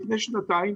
לפני שנתיים,